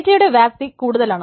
ഡേറ്റയുടെ വ്യാപ്തി കൂടുതലാണ്